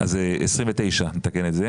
זה 29. נתקן את זה.